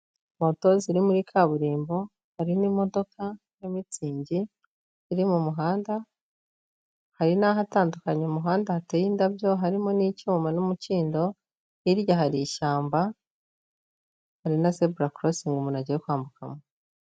Moto ziri muri kaburimbo harimo imodoka ya mitsingi iri mu muhanda, hari n'ahatandukanye umuhanda hateye indabyo harimo n'icyuma n'umukindo, hirya hari ishyamba, hari na zebra cross umuntu agiye kwambukamo.